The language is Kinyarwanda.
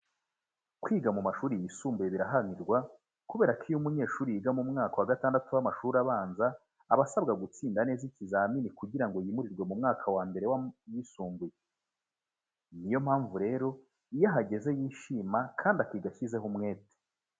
Kwiga mu mashuri yisumbuye biraharanirwa kubera ko iyo umunyeshuri yiga mu mwaka wa gatandatu w'amashuri abanza, aba asabwa gutsinda neza ikizamini kugira ngo yimurirwe mu mwaka wa mbere w'ayisumbuye. Ni yo mpamvu rero, iyo ahageze yishima kandi akiga ashyizeho umwete.